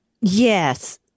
Yes